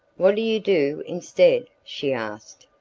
what do you do instead? she asked.